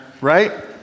right